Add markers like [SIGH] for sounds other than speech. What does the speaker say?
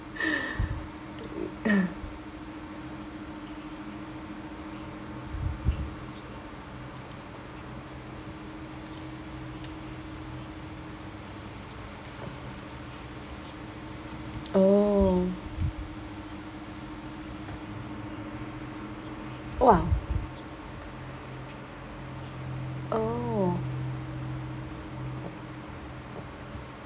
[LAUGHS] oh !wah! oh